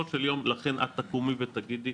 את תקומי ואת תגידי,